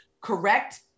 correct